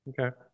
okay